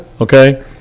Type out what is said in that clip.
Okay